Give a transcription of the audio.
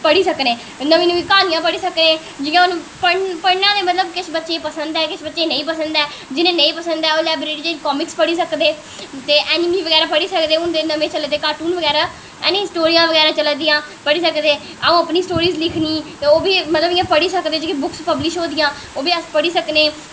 पढ़ी सकने नमीं नमीं क्हानियां पढ़ी सकने ते पढ़ना मतलब किश बच्चें गी पसंद ऐ ते जिनेंगी नेईं पसंद ऐ ओह् लाईब्रेरी दी कॉमिक्स पढ़ी सकदे ते एनमी बगैरा पढ़ी सकदे हून चले दे नमें कार्टून बगैरा ऐ नी स्टोरियां बगैरा चला दियां पढ़ी सकदे अंऊ अपनी स्टोरी लिखनी ते ओह्बी मतलब पढ़ी सकदे जियां बुक्स पब्लिश होआ दियां ओह्बी अस पढ़ी सकने